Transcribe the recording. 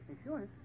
Insurance